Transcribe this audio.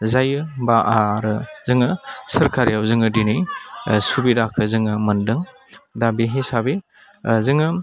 जायो बा आरो जोङो सोरकारियाव जोङो दिनै सुबिदाखौ जोङो मोनदों दा बे हिसाबै जोङो